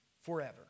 forever